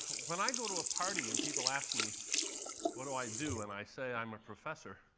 when i go to a party and people ask me what do i do and i say, i'm a professor,